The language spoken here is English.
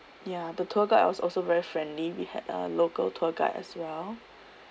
ya the tour guide was also very friendly we had a local tour guide as well